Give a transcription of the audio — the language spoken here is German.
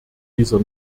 dieser